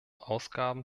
ausgaben